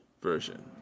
version